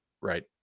Right